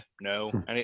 No